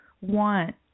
want